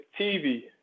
TV